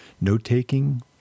note-taking